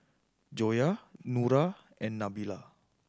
Joyah Nura and Nabila